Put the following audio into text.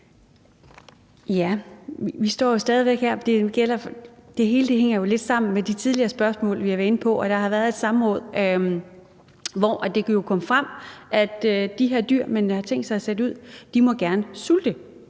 Ja, vi står stadig væk her, og det hele hænger jo lidt sammen med de tidligere spørgsmål, vi har været inde på. Og der har været et samråd, hvor det kom frem, at de her dyr, som man har tænkt sig at sætte ud, gerne må sulte.